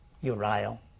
Uriel